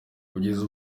kugeza